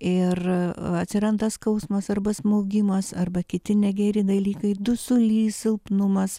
ir atsiranda skausmas arba smaugimas arba kiti negeri dalykai dusulys silpnumas